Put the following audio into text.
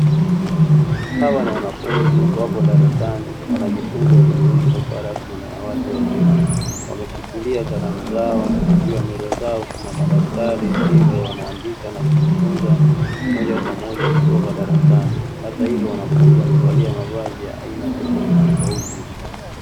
Hawa ni wanafunzi wapo darasani wanajifunza elimu hii isiyokuwa rasmi na watu wazima. Wameshilikia kalamu zao juu ya meza zao kuna madaftari hivyo wanaandika na kujifunza moja kwa moja kutoka darasani; hata hivyo wanafunzi wamevalia mavazi ya aina tofautitofauti.